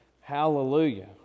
hallelujah